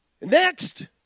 Next